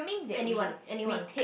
anyone anyone